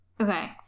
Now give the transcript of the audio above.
okay